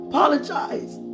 Apologize